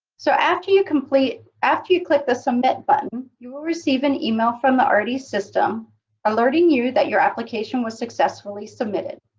so after you complete, after you click the submit button, you will receive an email from the artie system alerting you that your application was successfully submitted.